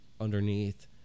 underneath